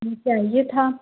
जी चाहिए था